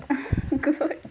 good